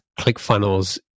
ClickFunnels